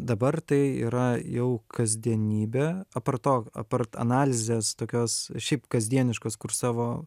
dabar tai yra jau kasdienybė apart to aptart analizės tokios šiaip kasdieniškos kur savo